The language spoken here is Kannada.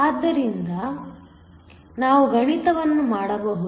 ಆದ್ದರಿಂದ ನಾವು ಗಣಿತವನ್ನು ಮಾಡಬಹುದು